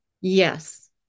yes